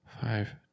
Five